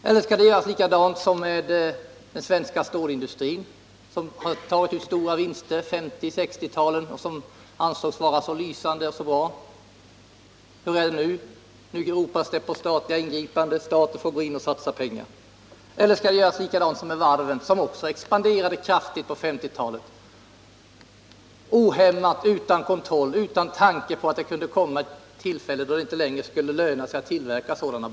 Eller skall det göras likadant som med den svenska stålindustrin, som tog ut stora vinster på 1950 och 1960-talen och som ansågs vara så lysande och bra? Hur är det nu? Nu ropas det på statliga ingripanden. Staten får gå in och satsa pengar. Eller skall det göras likadant som med varven, som expanderade kraftigt på 1950-talet? Det skedde ohejdat, utan kontroll, utan tanke på att det kunde komma ett tillfälle då det inte längre skulle löna sig att tillverka fartyg.